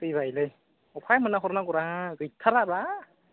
थैबायलै अफहाय मोनना हरनांगौरा गैथाराबा